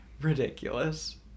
ridiculous